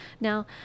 Now